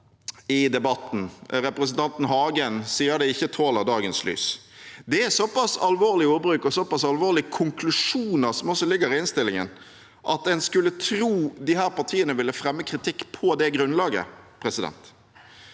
i debatten. Representanten Hagen sier det ikke tåler dagens lys. Det er såpass alvorlig ordbruk og såpass alvorlige konklusjoner som ligger i innstillingen, at en skulle tro disse partiene ville fremme kritikk på det grunnlaget. Når det